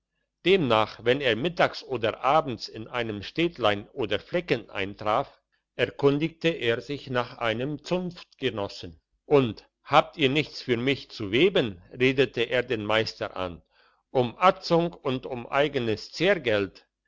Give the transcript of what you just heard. demnach wenn er mittags oder abends in einem städtlein oder flecken eintraf erkundigte er sich nach einem zunftgenossen und habt ihr nichts für mich zu weben redet er den meister an um atzung und um einiges